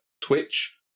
Twitch